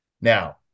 Now